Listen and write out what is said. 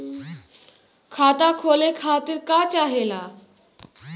खाता खोले खातीर का चाहे ला?